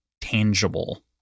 tangible